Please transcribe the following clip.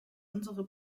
unsere